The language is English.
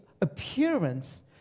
appearance